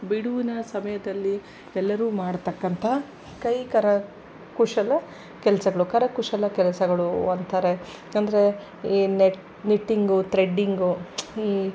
ಬಿಡುವಿನ ಸಮಯದಲ್ಲಿ ಎಲ್ಲರೂ ಮಾಡ್ತಕ್ಕಂಥ ಕೈ ಕರ ಕುಶಲ ಕೆಲಸಗಳು ಕರಕುಶಲ ಕೆಲಸಗಳು ಅಂತರೆ ಅಂದರೆ ಈ ನೆಟ್ ನೆಟ್ಟಿಂಗೂ ಥ್ರೆಡ್ಡಿಂಗೂ ಈ